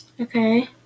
Okay